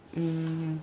mm